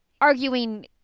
arguing